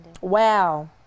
Wow